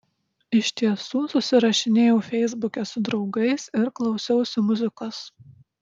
iš tiesų susirašinėjau feisbuke su draugais ir klausiausi muzikos